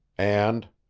and,